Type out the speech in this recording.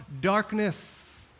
darkness